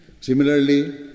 Similarly